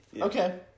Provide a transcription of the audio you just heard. Okay